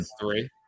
three